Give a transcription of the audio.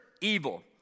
evil